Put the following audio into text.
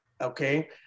Okay